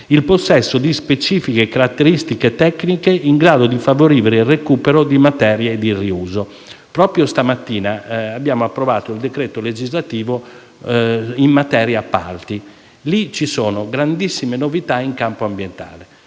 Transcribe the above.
il possesso di specifiche caratteristiche tecniche in grado di favorire il recupero di materie di riuso. Proprio stamattina abbiamo approvato il decreto legislativo in materia di appalti in cui sono contenute grandissime novità in campo ambientale.